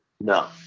No